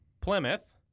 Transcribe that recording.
Plymouth